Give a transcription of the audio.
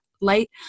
light